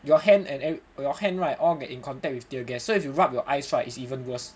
your hand and your hand right all get in contact with tear gas so if you rub your eyes right is even worse